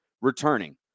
returning